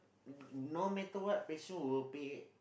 n~ no matter what patient will pay